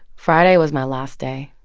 friday was my last day.